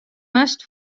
moast